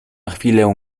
chwilę